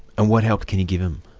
and what help can you give them?